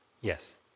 Yes